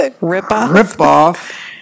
rip-off